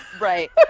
right